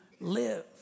live